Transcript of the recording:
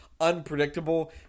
unpredictable